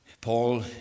Paul